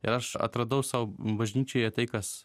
ir aš atradau sau bažnyčioje tai kas